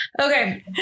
Okay